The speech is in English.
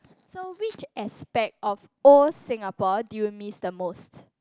so which aspect of old Singapore do you miss the most